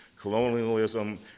colonialism